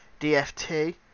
DFT